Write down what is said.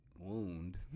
wound